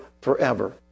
forever